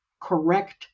correct